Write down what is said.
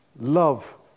love